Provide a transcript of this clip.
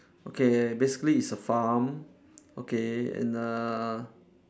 okay basically it's a farm okay and uh